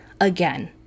again